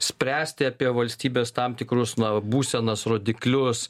spręsti apie valstybės tam tikrus na būsenas rodiklius